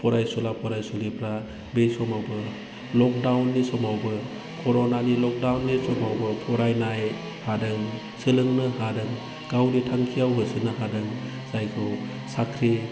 फरायसुला फरायसुलिफोरा बे समावबो लकडाउननि समावबो कर'नानि लकडाउननि समावबो फरायनाय आरो सोलोंनो लादों गावनि थांखियाव होसोनो हादों जायखौ साख्रि